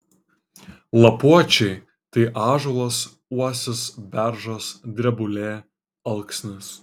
lapuočiai tai ąžuolas uosis beržas drebulė alksnis